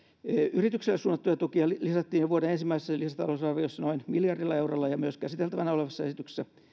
yrityksille suunnattuja tukia lisättiin jo vuoden ensimmäisessä lisätalousarviossa noin miljardilla eurolla ja myös käsiteltävänä olevassa esityksessä